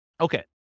Okay